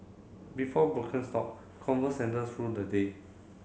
before Birkenstock Converse sandals ruled the day